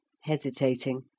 hesitating